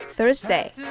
Thursday